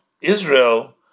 Israel